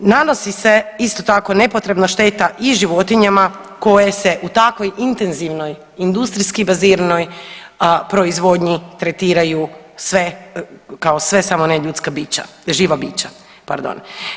Nanosi se isto tako nepotrebna šteta i životinjama koje se u takvoj intenzivnoj industrijski baziranoj proizvodnji tretiraju sve, kao sve samo ne ljudska bića, živa bića pardon.